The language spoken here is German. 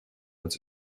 als